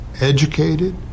educated